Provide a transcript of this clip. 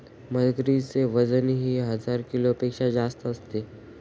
मगरीचे वजनही हजार किलोपेक्षा जास्त असते